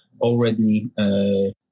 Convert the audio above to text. already